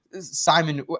simon